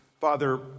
Father